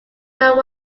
than